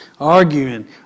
arguing